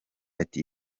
ati